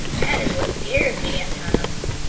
that is what scares me at times.